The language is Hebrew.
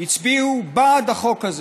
הצביעו בעד החוק הזה.